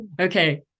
Okay